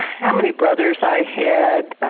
how many brothers i had,